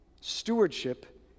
Stewardship